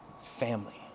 family